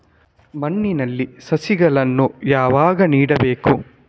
ಮಣ್ಣಿನಲ್ಲಿ ಸಸಿಗಳನ್ನು ಯಾವಾಗ ನೆಡಬೇಕು?